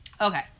Okay